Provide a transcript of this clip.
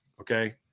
okay